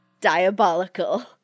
Diabolical